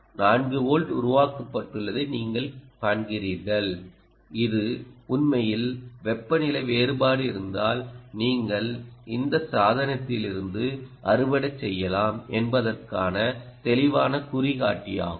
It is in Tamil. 4 வோல்ட் உருவாக்கப்பட்டுள்ளதை நீங்கள் காண்கிறீர்கள் இது உண்மையில் வெப்பநிலை வேறுபாடு இருந்தால் நீங்கள் இந்த சாதனத்திலிருந்து அறுவடை செய்யலாம் என்பதற்கான தெளிவான குறிகாட்டியாகும்